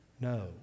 no